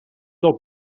del